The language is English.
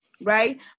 Right